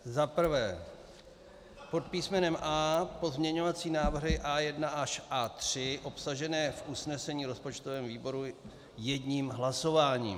Za prvé pod písmenem A pozměňovací návrhy A1 až A3 obsažené v usnesení rozpočtového výboru jedním hlasováním.